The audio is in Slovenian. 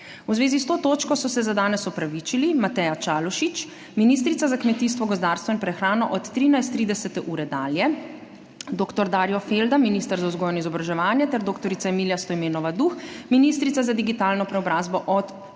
V zvezi s to točko so se za danes opravičili: Mateja Čalušić, ministrica za kmetijstvo, gozdarstvo in prehrano, od 13.30 dalje, dr. Darjo Felda, minister za vzgojo in izobraževanje, ter dr. Emilija Stojmenova Duh, ministrica za digitalno preobrazbo, od